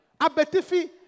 Abetifi